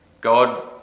God